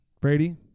Brady